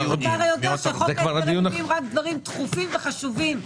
בחוק ההסדרים מביאים רק דברים דחופים וחשובים.